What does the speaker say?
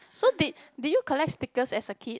so did did you collect stickers as a kid